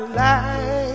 life